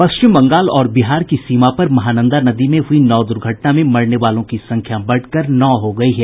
पश्चिम बंगाल और बिहार की सीमा पर महानंदा नदी में हुई नाव दुर्घटना में मरने वालों की संख्या बढ़कर नौ हो गई है